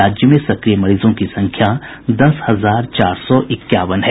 राज्य में सक्रिय मरीजों की संख्या दस हजार चार सौ इक्यावन है